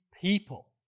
people